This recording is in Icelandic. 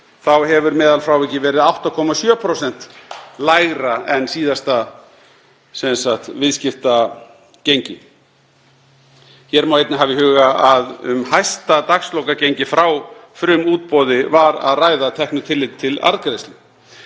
hefur meðalfrávikið verið 8,7% lægra en síðasta viðskiptagengi. Hér má einnig hafa í huga að um hæsta dagslokagengi frá frumútboði var að ræða að teknu tilliti til arðgreiðslu.